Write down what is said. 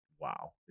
wow